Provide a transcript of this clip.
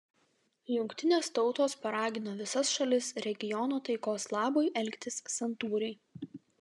jungtinės tautos paragino visas šalis regiono taikos labui elgtis santūriai